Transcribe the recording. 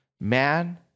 man